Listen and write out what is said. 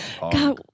God